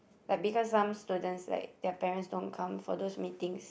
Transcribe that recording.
because some students like their parents don't come for those meetings